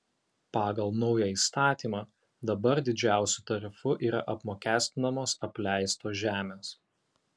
pagal naują įstatymą dabar didžiausiu tarifu yra apmokestinamos apleistos žemės